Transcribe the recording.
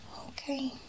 Okay